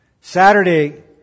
Saturday